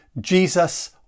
Jesus